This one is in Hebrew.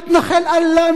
מתנחל עלה,